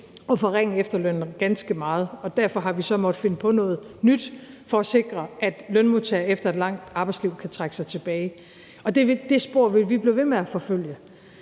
at forringe efterlønnen ganske meget, og derfor har vi så måttet finde på noget nyt for at sikre, at lønmodtagere efter et langt arbejdsliv kan trække sig tilbage. Det spor vil vi blive ved med at forfølge.